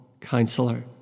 Counselor